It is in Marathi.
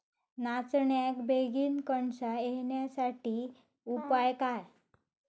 नाचण्याक बेगीन कणसा येण्यासाठी उपाय काय?